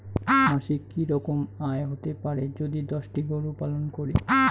মাসিক কি রকম আয় হতে পারে যদি দশটি গরু পালন করি?